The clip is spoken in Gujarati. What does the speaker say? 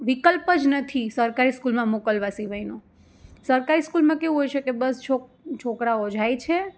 વિકલ્પ જ નથી સરકારી સ્કૂલમાં મોકલવા સિવાયનો સરકારી સ્કૂલમાં કેવું હોય છે કે બસ છોક છોકરાઓ જાય છે